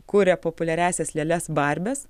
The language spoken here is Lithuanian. kuria populiariąsias lėles barbes